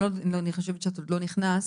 אני חושבת שאת עוד לא נכנסת,